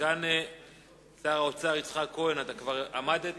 סגן שר האוצר יצחק כהן, אתה כבר עמדת